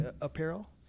apparel